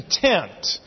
content